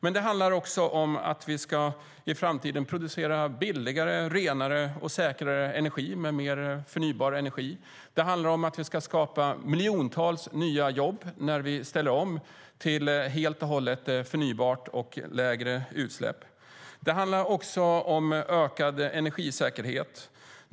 Men det handlar också om att vi i framtiden ska producera billigare, renare, säkrare och förnybar energi. Det handlar om att vi ska skapa miljontals nya jobb när vi helt och hållet ställer om till förnybart och till mindre utsläpp. Det handlar också om ökad energisäkerhet.